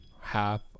half